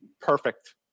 perfect